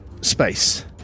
space